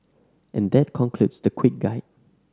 and that concludes the quick guide